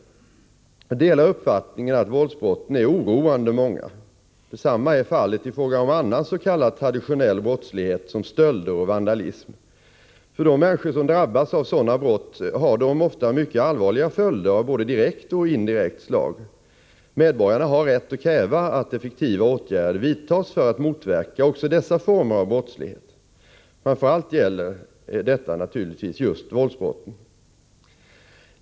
Jag delar uppfattningen att våldsbrotten är oroande många. Detsamma är fallet i fråga om annan s.k. traditionell brottslighet som stölder och vandalism. För de människor som drabbas av sådana brott har de ofta mycket allvarliga följder av både direkt och indirekt slag. Medborgarna har rätt att kräva att effektiva åtgärder vidtas för att motverka också dessa former av brottslighet. Framför allt gäller detta naturligtvis just våldsbrotten.